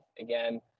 Again